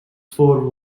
four